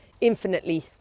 infinitely